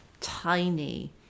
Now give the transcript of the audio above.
tiny